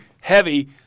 heavy